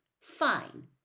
Fine